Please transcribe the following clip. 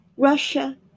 Russia